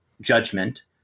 judgment